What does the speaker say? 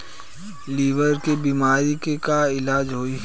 Liver के बीमारी के का इलाज होई?